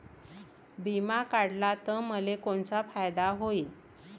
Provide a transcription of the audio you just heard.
बिमा काढला त मले कोनचा फायदा होईन?